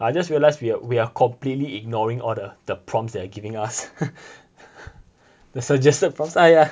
I just realize we're we are completely ignoring all the the prompts they are giving us the suggested prompts ah ya